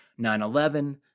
9-11